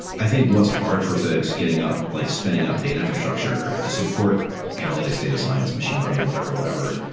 i think what's hard for folks getting up, like spinning up data infrastructure to support analytics data science, machine learning, whatever, whatever,